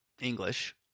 English